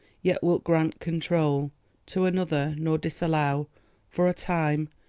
yet wilt grant control to another, nor disallow for a time,